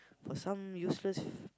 for some useless